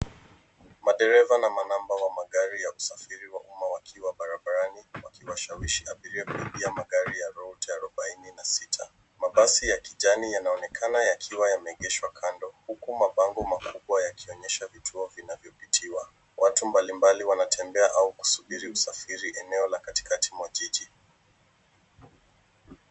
Madereva na manamba wa magari ya usafiri wa umma wakiwa barabarani wakiwashawishi abiria kuingia magari ya route ya arubaini na sita. Mabasi ya kijani yanaonekana yakiwa yameegeshwa kando huku mabango makubwa yakionyesha vituo vinavyopitiwa. Watu mbalimbali wanatembea au kusubiri usafiri eneo la katikati mwa jiji.